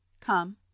come